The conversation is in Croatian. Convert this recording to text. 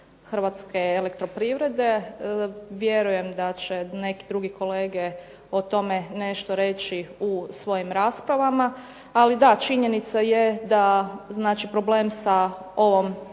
hrvatske elektroprivrede. Vjerujem da će neki drugi kolege o tome nešto reći u svojim raspravama. Ali da činjenica je da znači problem sa ovom